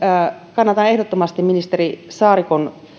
kannatan ehdottomasti ministeri saarikon